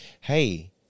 Hey